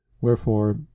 Wherefore